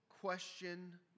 question